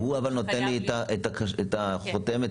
שנותן לי את החותמת,